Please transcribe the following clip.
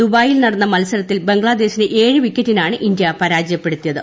ദുബായിൽ നടന്ന മത്സരത്തിൽ ബംഗ്ലാദേശിനെ ഏഴ് വിക്കറ്റിനാണ് ഇന്ത്യ പരാജയപ്പെടുത്തിയത്